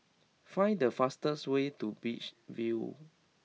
find the fastest way to beach view